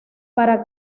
para